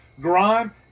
grime